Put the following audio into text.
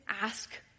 ask